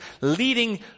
leading